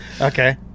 Okay